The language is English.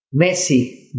Messi